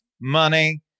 money